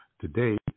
today